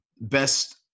best